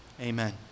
Amen